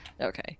Okay